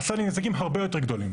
עשה לי נזקים הרבה יותר גדולים.